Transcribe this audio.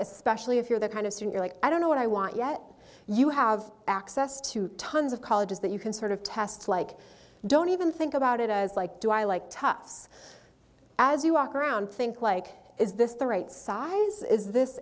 especially if you're the kind of i don't know what i want yet you have access to tons of colleges that you can sort of test like don't even think about it as like do i like toughs as you walk around think like is this the right size is this